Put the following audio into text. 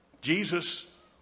Jesus